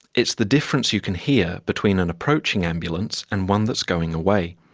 it's the difference you can hear between an approaching ambulance and one that is going away.